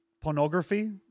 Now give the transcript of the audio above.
pornography